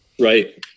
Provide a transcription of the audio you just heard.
Right